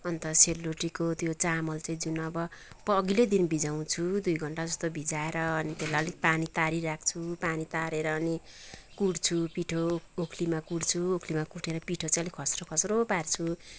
अन्त सेलरोटीको त्यो चामल चाहिँ जुन अब प अघिल्लै दिन भिजाउँछु दुई घन्टा जस्तो भिजाएर अनि त्यसलाई अलिक पानी तारिराख्छु पानी तारेर अनि कुट्छु पिठो ओखलीमा कुट्छु ओखलीमा कुटेर पिठो चाहिँ अलिक खस्रो खस्रो पार्छु